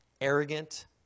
arrogant